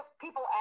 people